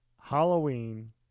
Halloween